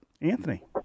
Anthony